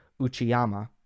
Uchiyama